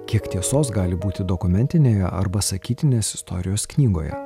kiek tiesos gali būti dokumentinėje arba sakytinės istorijos knygoje